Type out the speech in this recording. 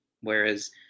Whereas